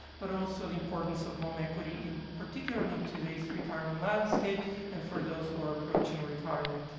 but also the importance of home equity in particularly in today's retirement landscape and for those who are approaching retirement.